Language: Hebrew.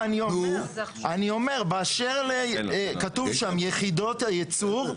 באשר ליחידות הייצור,